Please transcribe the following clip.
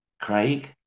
Craig